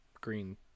green